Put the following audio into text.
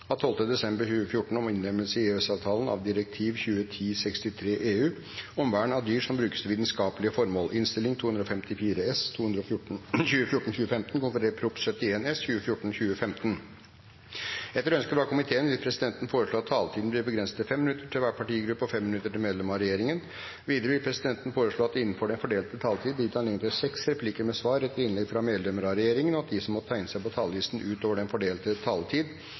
av mennesker som utsettes for menneskehandel i prostitusjon. Forslaget vil bli behandlet på reglementsmessig måte. Før dagens kart tas opp til behandling, vil presidenten opplyse om at møtet i dag fortsetter utover kl. 16 hvis det er nødvendig. Etter ønske fra transport- og kommunikasjonskomiteen vil presidenten foreslå at taletiden blir begrenset til 5 minutter til hver partigruppe og 5 minutter til medlem av regjeringen. Videre vil presidenten foreslå at det gis anledning til replikkordskifte på inntil tre replikker med svar etter innlegg fra medlemmer av regjeringen innenfor den fordelte taletid, og at de som måtte tegne seg på talerlisten utover den fordelte taletid,